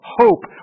hope